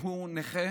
שהוא נכה